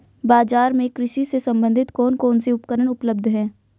बाजार में कृषि से संबंधित कौन कौन से उपकरण उपलब्ध है?